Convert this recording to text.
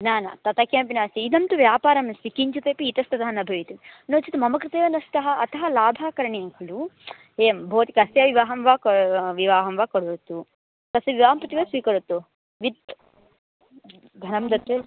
न न तथा किमपि नास्ति इदं तु व्यापारमस्ति किञ्चिदपि इतस्ततः न भवेत् नो चेत् मम कृते एव नष्टः अतः लाभः करणीयः खलु एवं भवती कस्य विवाहं वा क विवाहं वा करोतु तस्य विवाहं प्रति वा स्वीकरोतु वित्तं धनं दत्वा एव